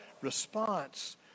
response